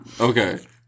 okay